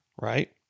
right